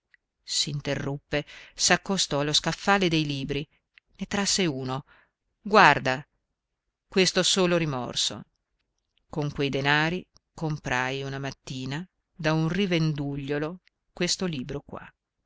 lui pazzescamente s'interruppe s'accostò allo scaffale dei libri ne trasse uno guarda questo solo rimorso con quei denari comprai una mattina da un rivendugliolo questo libro qua